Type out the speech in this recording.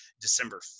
December